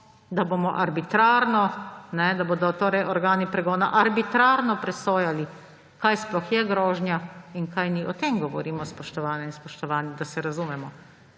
da padamo tako nizko, da bodo organi pregona arbitrarno presojali, kaj sploh je grožnja in kaj ni. O tem govorimo, spoštovane in spoštovani, da se razumemo.